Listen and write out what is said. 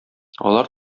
алар